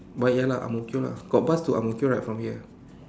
but ya lah Ang-Mo-kio lah got bus to Ang-Mo-kio right from here